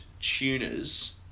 tuners